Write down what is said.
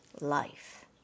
life